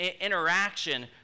Interaction